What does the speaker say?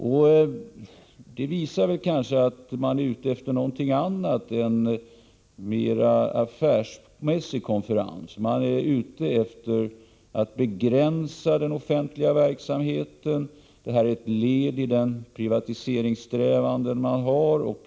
Detta visar väl att man kanske är ute efter något annat än mer affärsmässig konkurrens. Man är ute efter att begränsa den offentliga verksamheten. Detta är ett led i privatiseringssträvandena.